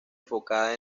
enfocada